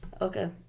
Okay